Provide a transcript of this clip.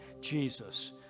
Jesus